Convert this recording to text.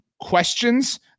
questions